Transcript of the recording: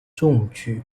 中举